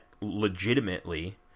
legitimately